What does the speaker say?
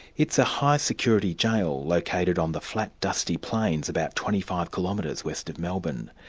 it's a high security jail located on the flat, dusty plains about twenty five kilometres west of melbourne.